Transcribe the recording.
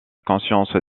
conscience